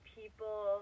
people